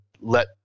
let